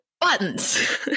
buttons